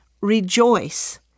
rejoice